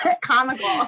comical